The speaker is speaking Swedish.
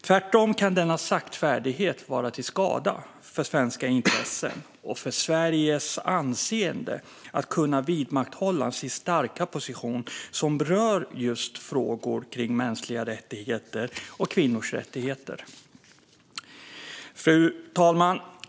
Tvärtom kan denna saktfärdighet vara till skada för svenska intressen, för Sveriges anseende och för Sveriges möjlighet att vidmakthålla sin starka position när det gäller just frågor kring mänskliga rättigheter och kvinnors rättigheter. Fru talman!